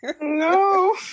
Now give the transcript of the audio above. No